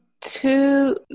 two